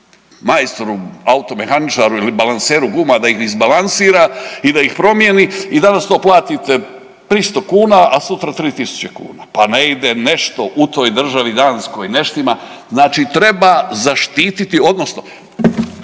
majstoru, automehaničaru ili balanseru guma da ih izbalansira i da ih promijeni i danas to platite 300 kuna, a sutra 3.000 kuna. Pa ne ide nešto u toj državi Danskoj ne štima, znači treba zaštiti odnosno,